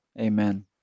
Amen